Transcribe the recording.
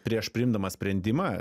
prieš priimdamas sprendimą